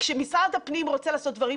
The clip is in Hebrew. כשמשרד הפנים רוצה לעשות דברים,